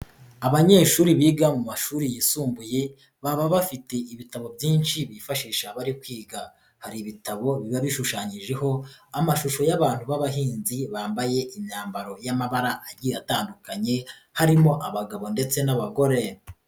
Abanyeshuri biga mu mashuri yisumbuye, baba bafite ibitabo byinshi bifashisha bari kwiga. Hari ibitabo biba bishushanyijeho amashusho y'abantu b'abahinzi bambaye imyambaro y'amabara agiye atandukanye harimo abagabo ndetse n'abagore.